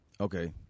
Okay